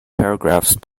paragraphs